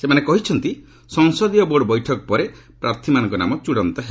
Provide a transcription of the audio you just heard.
ସେମାନେ କହିଛନ୍ତି ସଂସଦୀୟ ବୋର୍ଡ଼ ବୈଠକ ପରେ ପ୍ରାର୍ଥୀମାନଙ୍କ ନାମ ଚୂଡ଼ାନ୍ତ ହେବ